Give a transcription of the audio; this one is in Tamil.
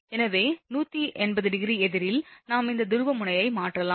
எனவே 180° எதிரில் நாம் இந்த துருவமுனைப்பை மாற்றலாம்